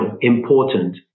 important